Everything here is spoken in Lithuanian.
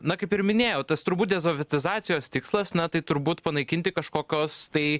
na kaip ir minėjau tas turbūt desovietizacijos tikslas na tai turbūt panaikinti kažkokios tai